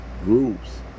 groups